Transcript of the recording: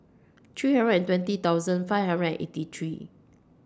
three hundred and twenty thousand five hundred and eighty three